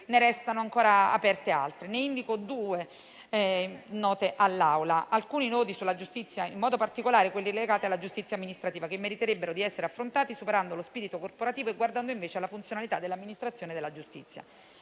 ne restano ancora aperte altre. Ne indico due note all'Assemblea, riguardanti alcuni nodi sulla giustizia e in modo particolare alcuni legati a quella amministrativa, che meriterebbero di essere affrontati superando lo spirito corporativo e guardando invece alla funzionalità dell'amministrazione della giustizia.